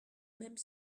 même